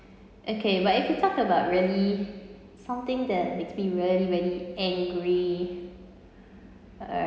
okay but if you talk about really something that makes me really really angry err